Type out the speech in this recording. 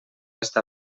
està